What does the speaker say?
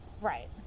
Right